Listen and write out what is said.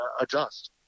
adjust